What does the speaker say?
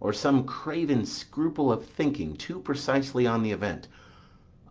or some craven scruple of thinking too precisely on the event